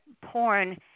porn